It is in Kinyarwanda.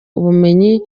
ubumenyi